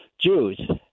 Jews